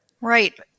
right